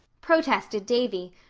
protested davy,